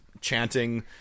chanting